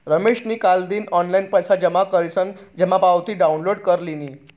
रमेशनी कालदिन ऑनलाईन पैसा जमा करीसन जमा पावती डाउनलोड कर लिनी